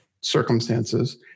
circumstances